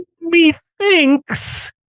methinks